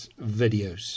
videos